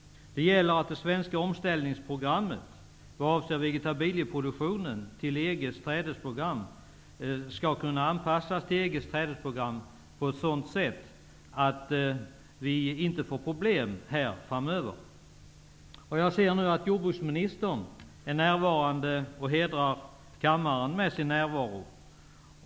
Det gäller att det svenska omställningsprogrammet vad avser vegetabilieproduktionen skall kunna anpassas till EG:s trädesprogram på ett sådant sätt att vi inte får problem här framöver. Jag ser nu att jordbruksministern hedrar kammaren med sin närvaro.